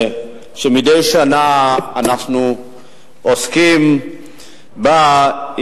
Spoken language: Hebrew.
שמדי שנה אנחנו עוסקים בה,